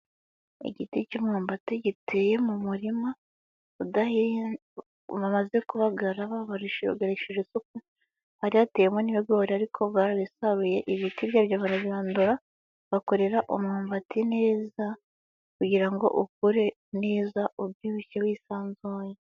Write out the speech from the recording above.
igiti cy'umwambati giteye mu murima bamaze kubagara babarishe ugarishije isuku hari yatewe n'ibigori ariko barabisaruye ibiti byabyo barabidura bakorera umyumbati neza kugira ngo ukure neza ubyibushye wisanzuye.